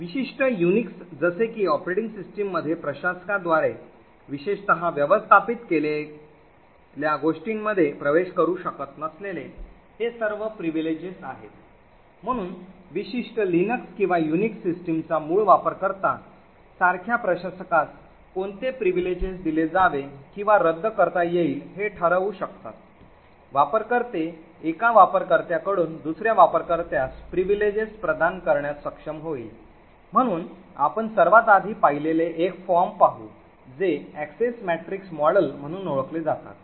तर विशिष्ट युनिक्स जसे की ऑपरेटिंग सिस्टम मध्ये प्रशासकाद्वारे विशेषत व्यवस्थापित केलेल्या गोष्टींमध्ये प्रवेश करू शकत नसलेले हे सर्व privileges आहेत म्हणून विशिष्ट लिनक्स किंवा युनिक्स सिस्टमचा मूळ वापरकर्ता सारख्या प्रशासकास कोणते privileges दिले जावे किंवा रद्द करता येतील हे ठरवू शकतात वापरकर्ते एका वापरकर्त्याकडून दुसर्या वापरकर्त्यास privileges प्रदान करण्यात सक्षम होईल म्हणून आपण सर्वात आधी पाहिलेले एक फॉर्म पाहू जे Access Matrix model म्हणून ओळखले जातात